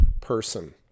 person